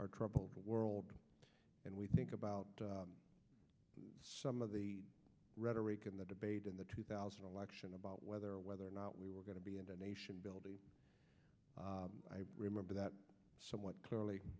our troubled world and we think about some of the rhetoric in the debate in the two thousand election about whether or whether or not we were going to be into nation building i remember that somewhat clearly